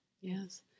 Yes